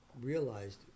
realized